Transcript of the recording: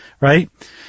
right